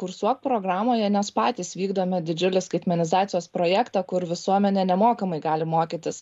kursuok programoje nes patys vykdome didžiulį skaitmenizacijos projektą kur visuomenė nemokamai gali mokytis